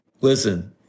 Listen